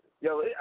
yo